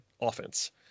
offense